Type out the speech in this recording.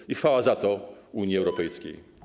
I chwała za to Unii Europejskiej.